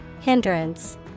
Hindrance